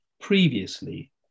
previously